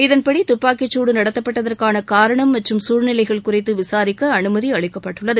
இதன்படி துப்பாக்கிச்சூடு நடத்தப்பட்டதற்கான காரணம் மற்றும் சூழ்நிலைகள் குறித்து விசாரிக்க அனுமதி அளிக்கப்பட்டுள்ளது